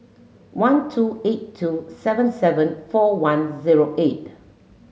one two eight two seven seven four one zero eight